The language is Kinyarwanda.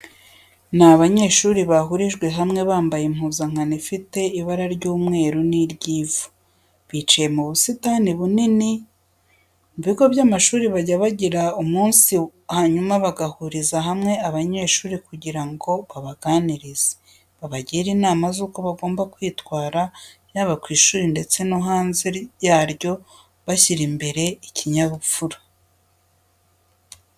Ni abanyeshuri bahurijwe hamwe, bambaye impuzankano ifite ibara ry'umweru n'iry'ivu, bicaye mu busitani bunini. Mu bigo by'amashuri bajya bagira umunsi hanyuma bagahuriza hamwe abanyeshuri kugira ngo babaganirize, babagire inama z'uko bagomba kwitwara yaba ku ishuri ndetse no hanze yaryo bashyira imbere ikinyabupfura.